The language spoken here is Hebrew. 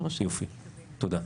יופי, תודה.